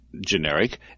generic